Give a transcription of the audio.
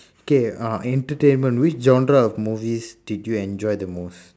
okay uh entertainment which genre of movies did you enjoy the most